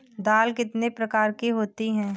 दाल कितने प्रकार की होती है?